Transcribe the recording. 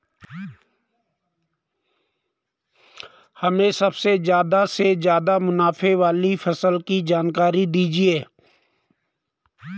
हमें सबसे ज़्यादा से ज़्यादा मुनाफे वाली फसल की जानकारी दीजिए